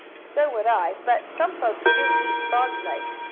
so would i. but some folks do eat frogs legs.